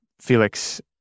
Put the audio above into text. Felix